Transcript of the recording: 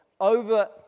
over